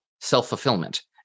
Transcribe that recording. self-fulfillment